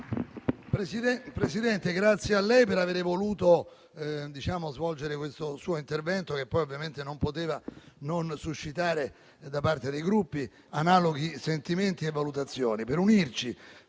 Presidente, la ringrazio per aver voluto svolgere questo suo intervento, che poi, ovviamente, non poteva non suscitare, da parte dei Gruppi, analoghi sentimenti e valutazioni,